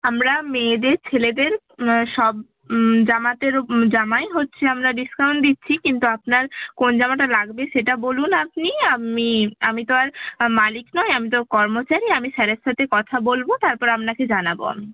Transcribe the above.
আমরা মেয়েদের ছেলেদের সব জামাতে জামাই হচ্ছে আমরা ডিসকাউন্ট দিচ্ছি কিন্তু আপনার কোন জামাটা লাগবে সেটা বলুন আপনি আমি আমি তো আর মালিক নই আমি তো কর্মচারী আমি স্যারের সাথে কথা বলব তারপরে আপনাকে জানাব আমি